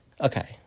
Okay